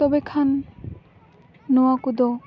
ᱛᱚᱵᱮ ᱠᱷᱟᱱ ᱱᱚᱣᱟ ᱠᱚᱫᱚ